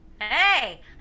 Hey